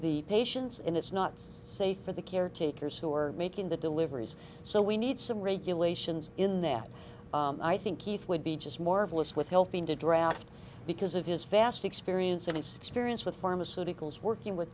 the patients and it's not safe for the caretakers who are making the deliveries so we need some regulations in that i think keith would be just marvelous with helping to drought because of his vast experience of his six variance with pharmaceuticals working with